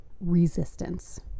resistance